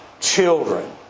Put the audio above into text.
children